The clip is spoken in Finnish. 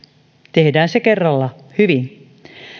tehdään se kerralla hyvin